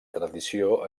tradició